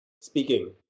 Speaking